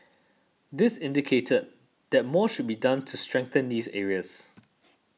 this indicated that more should be done to strengthen these areas